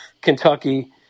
Kentucky –